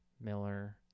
Miller